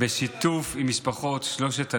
בשיתוף עם משפחות שלושת הנערים,